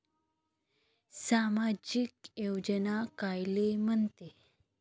सामाजिक योजना कायले म्हंते?